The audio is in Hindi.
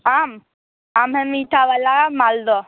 आम आम है मीठा वाला माल्दह